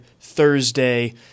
thursday